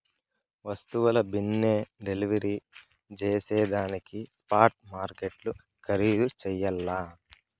వస్తువుల బిన్నే డెలివరీ జేసేదానికి స్పాట్ మార్కెట్లు ఖరీధు చెయ్యల్ల